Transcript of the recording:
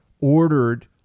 ordered